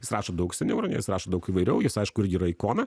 jis rašo daug seniau jis rašo daug įvairiau jis aišku irgi yra ikona